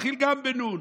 מתחיל גם בנ'.